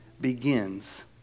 begins